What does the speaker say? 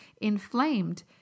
inflamed